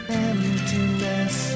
emptiness